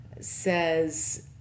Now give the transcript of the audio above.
says